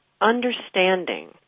understanding